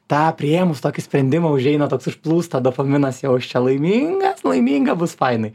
tą priėmus tokį sprendimą užeina toks užplūsta dopaminas jau aš čia laimingas laiminga bus fainai